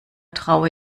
traue